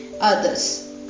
others